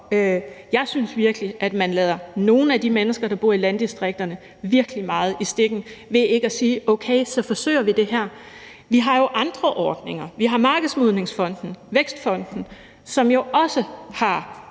Jeg synes virkelig, at man lader nogle af de mennesker, der bor i landdistrikterne, virkelig meget i stikken ved ikke at sige: Okay, så forsøger vi det her. Vi har jo andre ordninger. Vi har Markedsmodningsfonden og Vækstfonden, som jo også har